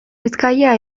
bizkaia